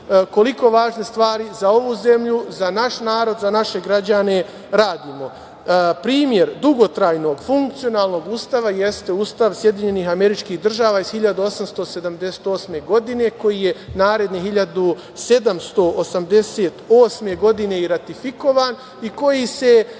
koliko važne stvari za ovu zemlju, za naš narod, za naše građane radimo. Primer dugotrajnog, funkcionalnog Ustava jeste Ustav SAD iz 1787. godina koji je naredne 1788. i ratifikovan i koji se